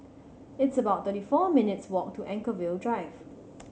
it's about thirty four minutes' walk to Anchorvale Drive